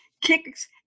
Kicks